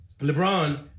LeBron